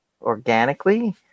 organically